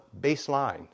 baseline